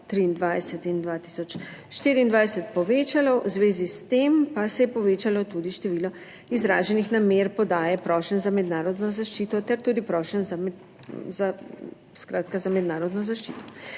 2023 in 2024 povečalo, v zvezi s tem pa se je povečalo tudi število izraženih namer podaje prošenj za mednarodno zaščito ter tudi prošenj za, skratka, za mednarodno zaščito.